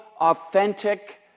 authentic